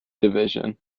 division